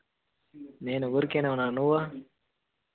నేను ఊరికే ఉన్నాను నువ్వు